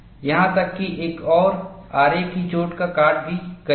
यहां तक कि एक आरे की चोट का काट भी करेगी